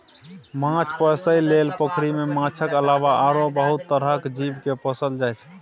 माछ पोसइ लेल पोखरि मे माछक अलावा आरो बहुत तरहक जीव केँ पोसल जाइ छै